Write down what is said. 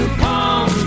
palm